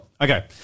Okay